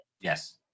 Yes